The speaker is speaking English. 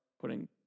putting